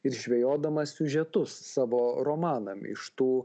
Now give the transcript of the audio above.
ir žvejodamas siužetus savo romanam iš tų